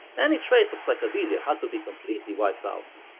any trace of psychedelia had to be completely wiped out.